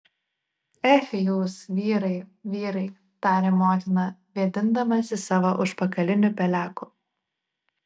ech jūs vyrai vyrai tarė motina vėdindamasi savo užpakaliniu peleku